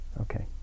Okay